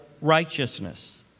righteousness